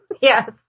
Yes